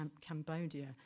Cambodia